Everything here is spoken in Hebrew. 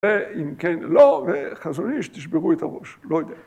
‫ואם כן, לא, וחזונית, ‫תשברו את הראש, לא יודע.